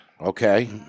Okay